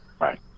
Right